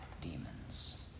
demons